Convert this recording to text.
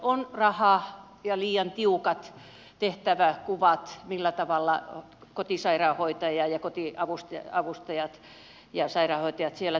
on raha ja liian tiukat tehtäväkuvat millä tavalla kotiavustajat ja sairaanhoitajat siellä työskentelevät